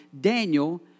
Daniel